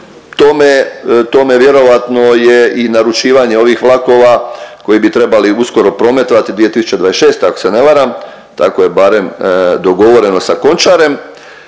Tome vjerojatno je i naručivanje ovih vlakova koji bi trebali uskoro prometovati 2026. ako se ne varam tako je barem dogovoreno sa Končarem,